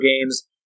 games